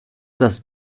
das